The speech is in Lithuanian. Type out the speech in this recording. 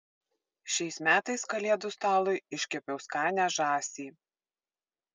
šiais metais kalėdų stalui iškepiau skanią žąsį